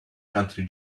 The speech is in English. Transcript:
county